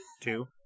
Two